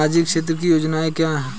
सामाजिक क्षेत्र की योजनाएं क्या हैं?